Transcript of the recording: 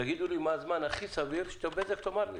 תגידו לי מה הזמן הכי סביר שבזק תאמר,